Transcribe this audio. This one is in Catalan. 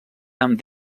amb